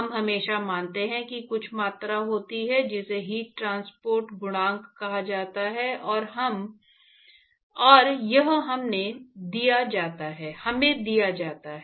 हम हमेशा मानते हैं कि कुछ मात्रा होती है जिसे हीट ट्रांसपोर्ट गुणांक कहा जाता है और यह हमें दिया जाता है